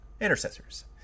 Intercessors